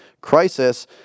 crisis